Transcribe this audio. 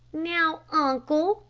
now, uncle,